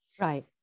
Right